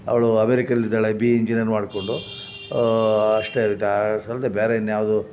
ಅವಳು ಅಮೇರಿಕಾದಲ್ಲಿದ್ದಾಳೆ B E engineer ಮಾಡಿಕೊಂಡು ಅಷ್ಟೇ ಗ ಸ್ವಲ್ಪ ಬೇರೆ ಇನ್ಯಾವುದು